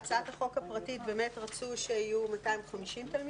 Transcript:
בהצעת החוק הפרטית באמת רצו שיהיו 250 תלמידים.